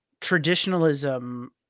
Traditionalism